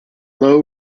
low